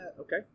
Okay